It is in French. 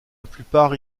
plupart